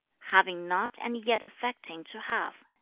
having not and yet affecting to have,